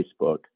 Facebook